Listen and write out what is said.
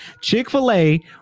Chick-fil-A